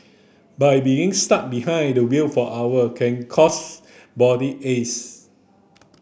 but being stuck behind the wheel for hours can cause body aches